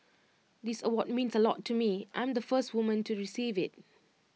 this award means A lot to me I'm the first woman to receive IT